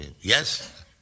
Yes